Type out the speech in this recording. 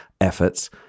efforts